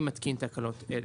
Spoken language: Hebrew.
אני מתקין תקנות אלה:"